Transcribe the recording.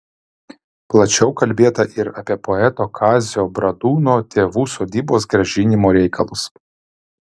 plačiau kalbėta ir apie poeto kazio bradūno tėvų sodybos grąžinimo reikalus